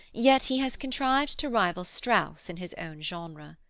yet he has contrived to rival strauss in his own genre.